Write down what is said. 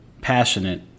passionate